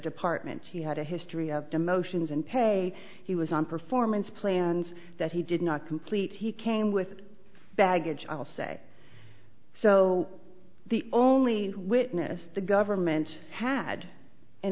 department he had a history of demotions and pay he was on performance plans that he did not complete he came with baggage i'll say so the only witness the government had an